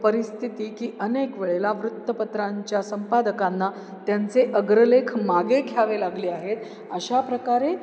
परिस्थिती की अनेक वेळेला वृत्तपत्रांच्या संपादकांना त्यांचे अग्रलेख मागे घ्यावे लागले आहेत अशाप्रकारे